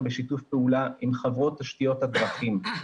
בשיתוף פעולה עם חברות תשתית הדרכים.